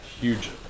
huge